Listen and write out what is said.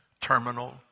terminal